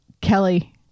kelly